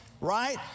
right